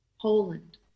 Poland